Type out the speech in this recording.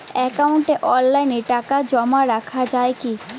একাউন্টে অনলাইনে টাকা জমা রাখা য়ায় কি?